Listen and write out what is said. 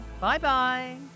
Bye-bye